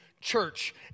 church